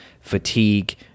fatigue